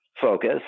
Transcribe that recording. focus